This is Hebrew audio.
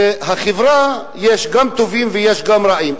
שבחברה יש גם טובים וגם רעים.